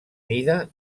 mida